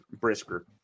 Brisker